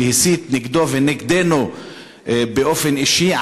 שהוא הסית נגדו ונגדנו באופן אישי,